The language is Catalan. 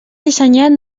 dissenyat